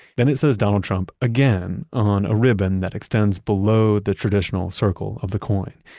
then it says donald trump again on a ribbon that extends below the traditional circle of the coin.